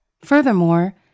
Furthermore